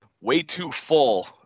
way-too-full